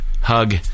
hug